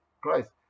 Christ